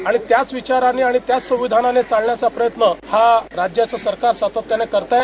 आणि त्याच विचारानं आणि त्याच संविधानानं चालण्याचा प्रयत्न हा राज्याचं सरकार सातत्यानं करत आहे